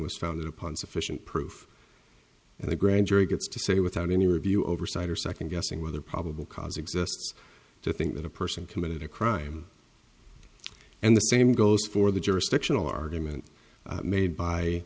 was founded upon sufficient proof and the grand jury gets to say without any review oversight or second guessing whether probable cause exists to think that a person committed a crime and the same goes for the jurisdictional argument made by